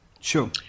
Sure